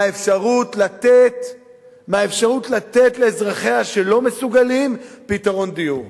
מהאפשרות לתת לאזרחיה שלא מסוגלים פתרון דיור.